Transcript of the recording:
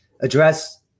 address